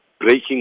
breaking